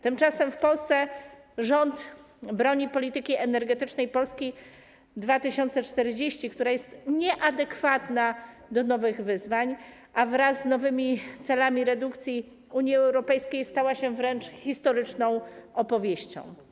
Tymczasem w Polsce rząd broni „Polityki energetycznej Polski do 2040 r.”, która jest nieadekwatna do nowych wyzwań, a wraz z nowymi celami redukcji Unii Europejskiej stała się wręcz historyczną opowieścią.